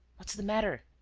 what's the matter?